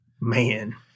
Man